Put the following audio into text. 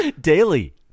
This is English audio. Daily